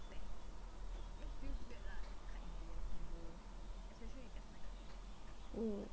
mm